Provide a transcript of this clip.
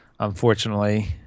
Unfortunately